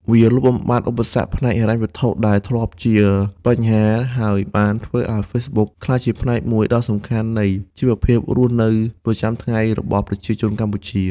វាបានលុបបំបាត់ឧបសគ្គផ្នែកហិរញ្ញវត្ថុដែលធ្លាប់ជាបញ្ហា ហើយបានធ្វើឲ្យ Facebook ក្លាយជាផ្នែកមួយដ៏សំខាន់នៃជីវភាពរស់នៅប្រចាំថ្ងៃរបស់ប្រជាជនកម្ពុជា។